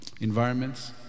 environments